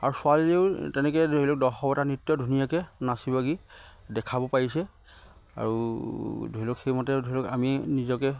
আৰু ছোৱালীয়েও তেনেকে ধৰি লওক দশৱতাৰ নৃত্য ধুনীয়াকে নাচিবাগি দেখাব পাৰিছে আৰু ধৰি লওক সেইমতে ধৰি লওক আমি নিজকে